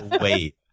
wait